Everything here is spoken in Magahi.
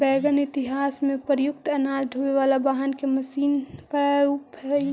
वैगन इतिहास में प्रयुक्त अनाज ढोवे वाला वाहन के मशीन प्रारूप हई